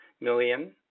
million